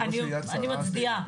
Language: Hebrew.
אני מצדיעה.